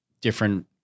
different